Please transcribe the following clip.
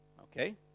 okay